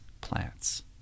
plants